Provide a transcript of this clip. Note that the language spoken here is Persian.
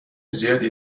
زیادی